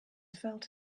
felt